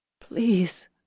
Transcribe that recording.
Please